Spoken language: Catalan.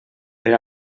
per